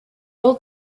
old